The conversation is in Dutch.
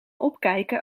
opkijken